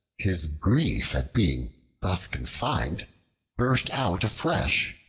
his grief at being thus confined burst out afresh,